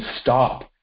stop